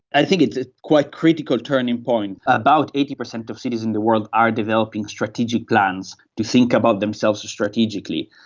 i think it's a quite critical turning point. about eighty percent of cities in the world are developing strategic plans to think about themselves strategically,